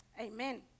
Amen